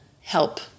help